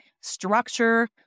structure